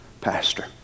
pastor